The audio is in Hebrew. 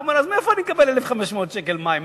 הוא אומר: אז מאיפה אני אקבל 1,500 שקל חשבון מים?